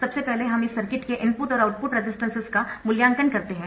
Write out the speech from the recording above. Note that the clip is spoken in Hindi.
सबसे पहले हम इस सर्किट के इनपुट और आउटपुट रेजिस्टेंस का मूल्यांकन करते है